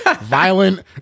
violent